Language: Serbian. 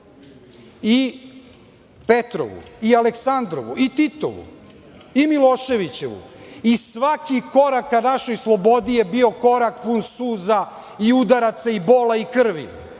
i Petrovu i Aleksandrovu i Titovu, i Miloševićevu, i svaki korak ka našoj slobodi je bio korak pun suza i udaraca i bola i krvi,